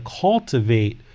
cultivate